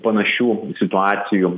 panašių situacijų